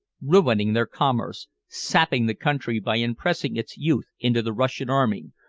ruining their commerce, sapping the country by impressing its youth into the russian army,